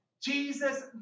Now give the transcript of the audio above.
Jesus